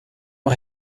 uma